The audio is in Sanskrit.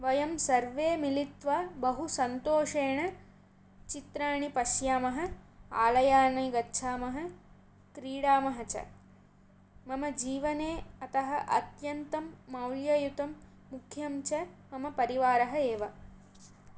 वयं सर्वे मिलित्वा बहुसन्तोषेण चित्राणि पश्यामः आलयानि गच्छामः क्रीडामः च मम जीवने अतः अत्यन्तं मौल्ययुतं मुख्यं च मम परिवारः एव